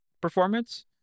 performance